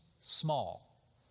small